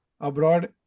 abroad